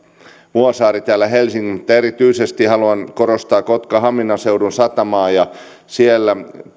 vuosaari täällä helsingissä mutta erityisesti haluan korostaa kotka hamina seudun satamaa siellä